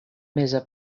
meza